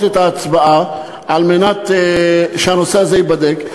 את ההצבעה על מנת שהנושא הזה ייבדק,